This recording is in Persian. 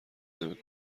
نمی